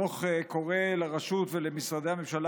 הדוח קורא לרשות ולמשרדי הממשלה